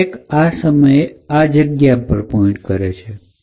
તો સ્ટેક આ સમયે આ જગ્યા પર પોઇન્ટ કરે છે